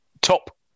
top